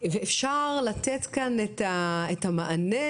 ואפשר לתת כאן את המענה,